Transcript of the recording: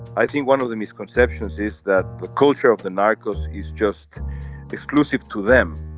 i think one of the misconceptions is that the culture of the narcos is just exclusive to them.